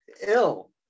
Ill